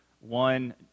one